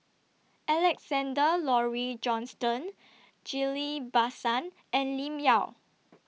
Alexander Laurie Johnston Ghillie BaSan and Lim Yau